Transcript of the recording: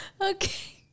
Okay